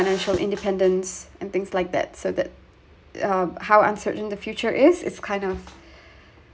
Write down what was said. financial independence and things like that so that uh how uncertain the future is it's kind of